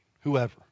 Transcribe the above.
whoever